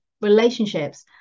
relationships